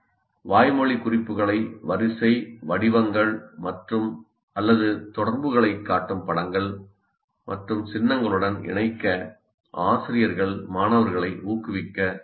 வாய்மொழி குறிப்புகளை வரிசை வடிவங்கள் அல்லது தொடர்புகளைக் காட்டும் படங்கள் மற்றும் சின்னங்களுடன் இணைக்க ஆசிரியர்கள் மாணவர்களை ஊக்குவிக்க முடியும்